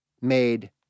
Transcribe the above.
made